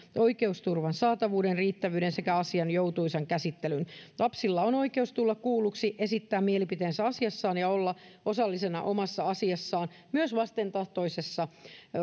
oikeusturvan saatavuuden riittävyyden sekä asian joutuisan käsittelyn lapsilla on oikeus tulla kuulluksi esittää mielipiteensä asiassaan ja olla osallisena omassa asiassaan myös vastentahtoisessa